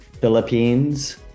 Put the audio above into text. Philippines